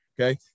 Okay